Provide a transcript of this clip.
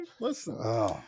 listen